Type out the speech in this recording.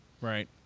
right